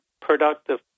productive